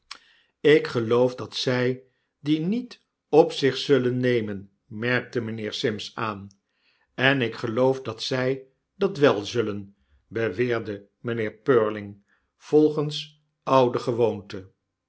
lk geloof dat zy die niet op zich zullen nemen merkte mynheer sims aan en ik geloof dat zy dat wel zullen beweerde mynheer purling volgens oude gewoonte